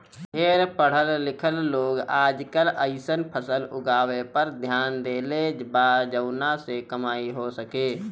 ढेर पढ़ल लिखल लोग आजकल अइसन फसल उगावे पर ध्यान देले बा जवना से कमाई हो सके